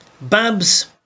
Babs